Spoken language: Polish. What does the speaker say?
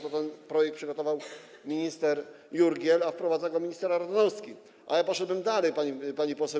Ten projekt przygotował minister Jurgiel, a wprowadza go minister Ardanowski, ale poszedłbym dalej, pani poseł.